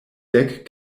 dek